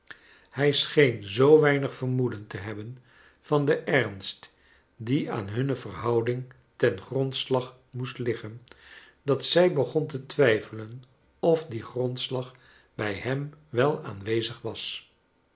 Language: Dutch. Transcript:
hij scheen zoo weinig vermoeden te hebben van den ernst die aan hunne verhoudng ten grondslag moest riggen dat zij begon te twijfelen of die grondslag hij hem wel aanwezig was